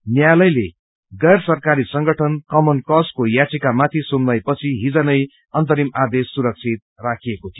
न्यायलयले गैर सरकारी संगठन मामन काज को याचिका माथि सुनवाई पछि हिजनै अन्तरिम आदेश सुरक्षित राखिएको थियो